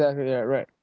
exactly that right